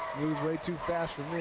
moves way too fast for me.